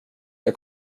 jag